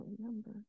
remember